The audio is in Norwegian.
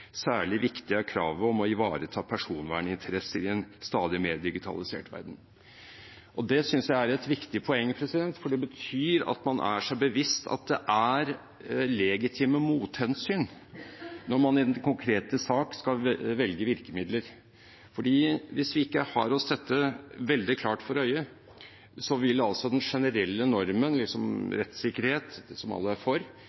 Særlig viktig er kravet om å ivareta personverninteresser i en stadig mer digitalisert verden.» Det synes jeg er et viktig poeng, for det betyr at man er seg bevisst legitime mothensyn når man i den konkrete sak skal velge virkemidler. Hvis vi ikke har dette veldig klart for øye, vil altså den generelle normen, rettssikkerheten, som alle er for,